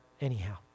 anyhow